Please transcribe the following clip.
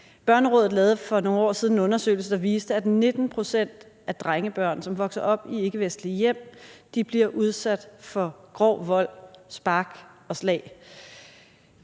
Børnerådet lavede for nogle år siden en undersøgelse, der viste, at 19 pct. af drengebørn, som vokser op i ikkevestlige hjem, bliver udsat for grov vold, spark og slag.